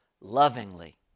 lovingly